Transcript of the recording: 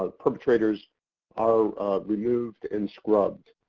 ah perpetrators are removed and scrubbed.